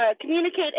Communicate